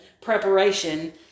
preparation